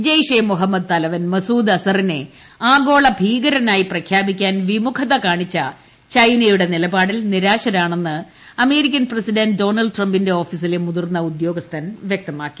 ജെയ്ഷെ മുഹമ്മദ് തലവൻ മസൂദ് അസ്ഹറിനെ ആഗോള ഭീകരനായി പ്രഖ്യാപിക്കാൻ വിമുഖതു കാണിച്ച ചൈനയുടെ നിലപാടിൽ നിരാശരാണെന്ന് അമ്മേരിക്കൻ പ്രസിഡന്റ് ഡൊണാൾഡ് ട്രംപിന്റെ ഓഫീസിള്ള മുതിർന്ന ഉദ്യോഗസ്ഥൻ വ്യക്തമാക്കി